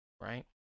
right